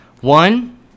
One